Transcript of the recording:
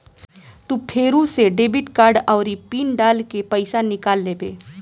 तू फेरू से डेबिट कार्ड आउरी पिन डाल के पइसा निकाल लेबे